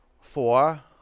Four